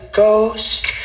ghost